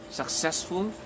successful